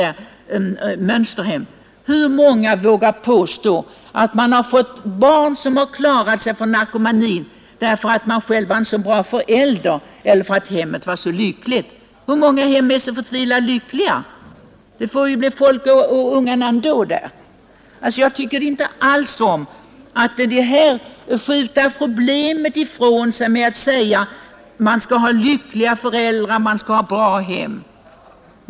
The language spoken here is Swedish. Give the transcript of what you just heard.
Hur många av oss vågar påstå att vi har fått barn som har klarat sig från narkomani därför att vi själva har varit så bra föräldrar eller därför att hemmet varit så lyckligt? Hur många hem är så lyckliga? Det får väl bli folk av ungarna ändå. Jag tycker inte om att man skjuter problemet från sig med att säga att ett barn inte har lyckliga föräldrar eller ett bra hem.